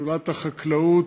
שדולת החקלאות: